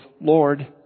Lord